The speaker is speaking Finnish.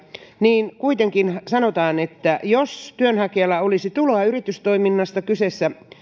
niin kuitenkin sanotaan jos työnhakijalla olisi tuloa yritystoiminnasta